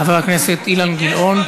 חבר הכנסת אילן גילאון, אינו נוכח.